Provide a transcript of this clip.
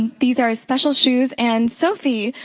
these are special shoes. and sophie,